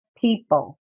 people